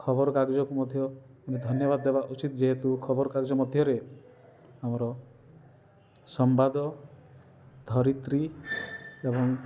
ଖବରକାଗଜକୁ ମଧ୍ୟ ଧନ୍ୟବାଦ ଦେବା ଉଚିତ୍ ଯେ ଯେହେତୁ ଖବରକାଗଜ ମଧ୍ୟରେ ଆମର ସମ୍ବାଦ ଧରିତ୍ରୀ ଏବଂ